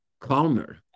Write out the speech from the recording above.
calmer